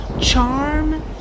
charm